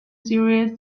series